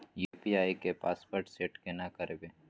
UPI के password set केना करबे?